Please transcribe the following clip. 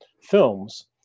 films